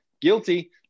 guilty